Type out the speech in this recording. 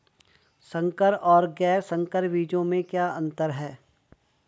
संकर और गैर संकर बीजों में क्या अंतर है?